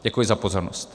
Děkuji za pozornost.